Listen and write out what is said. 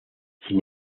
sin